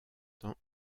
tend